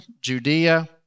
Judea